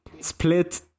split